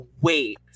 wait